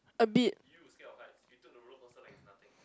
a bit